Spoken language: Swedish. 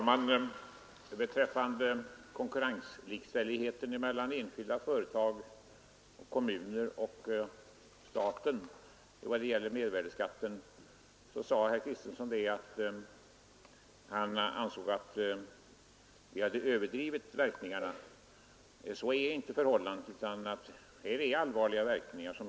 Herr talman! Herr Kristenson ansåg att vi hade överdrivit mervärdeskattens inverkan på konkurrenslikställigheten mellan enskilda företag, kommunerna och staten, men så är inte fallet. Som jag tidigare framhållit blir det allvarliga verkningar där.